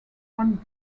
one